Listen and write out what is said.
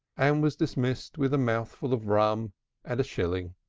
and was dismissed with a mouthful of rum and a shilling.